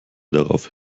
darauf